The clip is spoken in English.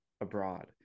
abroad